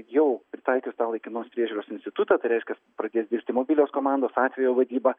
jau pritaikius tą laikinos priežiūros institutą tai reiškias pradės dirbti mobilios komandos atvejo vadyba